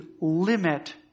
limit